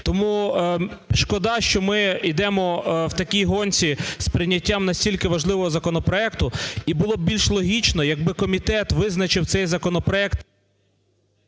Тому шкода, що ми йдемо в такій гонці з прийняттям настільки важливого законопроекту, і було б більш логічно, якби комітет визначив цей законопроект…